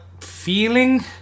feeling